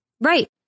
Right